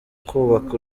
kubaka